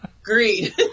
Agreed